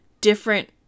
different